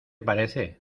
parece